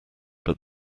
but